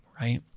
right